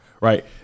Right